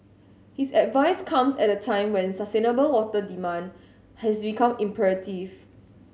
his advice comes at a time when sustainable water demand has become imperative